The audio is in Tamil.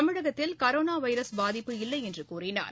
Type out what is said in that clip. தமிழகத்தில் கரோனா வைரஸ் பாதிப்பு இல்லை என்று கூறினார்